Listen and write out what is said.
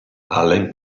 allen